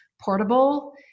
portable